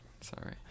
Sorry